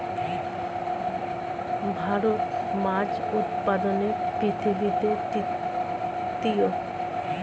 ভারত মাছ উৎপাদনে পৃথিবীতে তৃতীয়